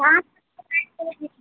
हा